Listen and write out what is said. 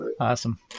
awesome